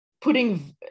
putting